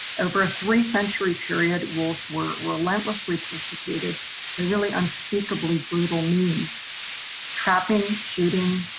over a three century period wolves were relentlessly persecuted by really unspeakably brutal means trapping, shooting,